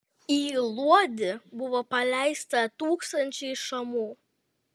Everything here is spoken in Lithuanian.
į luodį buvo paleista tūkstančiai šamų